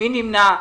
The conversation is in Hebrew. מי נמנע?